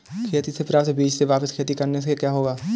खेती से प्राप्त बीज से वापिस खेती करने से क्या होगा?